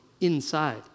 inside